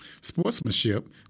sportsmanship